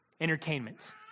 entertainment